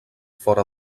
fora